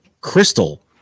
crystal